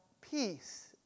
peace